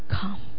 Come